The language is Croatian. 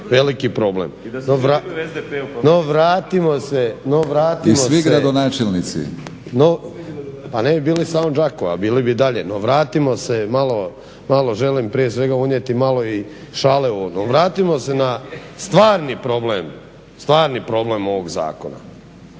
veliki problem. No vratimo se … /Upadica: I svi gradonačelnici./ … Pa ne bi bili samo Đakova, bili bi dalje. No vratimo se malo želim prije svega unijeti malo i šale u ovaj Dom. Vratimo se na stvarni problem ovog zakona.